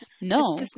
No